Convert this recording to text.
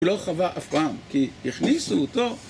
הוא לא חווה אף פעם כי הכניסו אותו